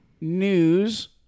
news